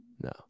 No